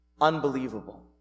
Unbelievable